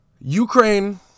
Ukraine